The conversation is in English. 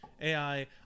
AI